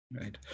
Right